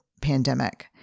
pandemic